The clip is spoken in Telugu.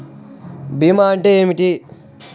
భీమా అంటే ఏమిటి?